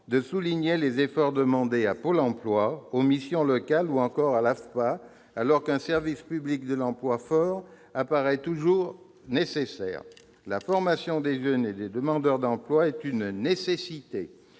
de souligner les efforts demandés à Pôle emploi, aux missions locales ou encore à l'AFPA, alors qu'un service public de l'emploi fort apparaît toujours nécessaire. La formation des jeunes et des demandeurs d'emploi est une nécessité.